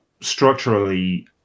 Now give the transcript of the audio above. structurally